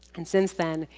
and since then,